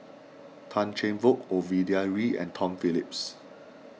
Tan Cheng Bock Ovidia Yu and Tom Phillips